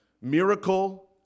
miracle